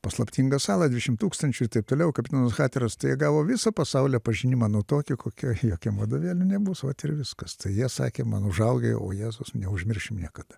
paslaptingą salą dvidešim tūkstančių ir taip toliau kapitonas hateras tai jie gavo visą pasaulio pažinimą nu tokį kokio jokiam vadovėly nebus vat ir viskas tai jie sakė man užaugę o jėzus neužmiršim niekad